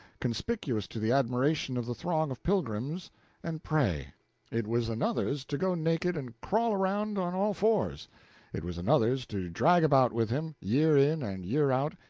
conspicuous to the admiration of the throng of pilgrims and pray it was another's to go naked and crawl around on all fours it was another's to drag about with him, year in and year out,